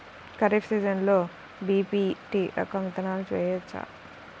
ఖరీఫ్ సీజన్లో బి.పీ.టీ రకం విత్తనాలు వేయవచ్చా?